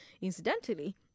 incidentally